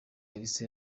elsa